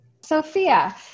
Sophia